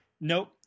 nope